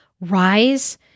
Rise